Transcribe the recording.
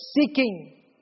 seeking